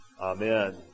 Amen